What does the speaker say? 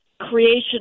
creation